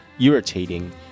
irritating